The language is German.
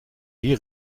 die